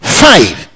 five